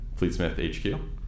fleetsmithhq